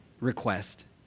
request